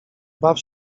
baw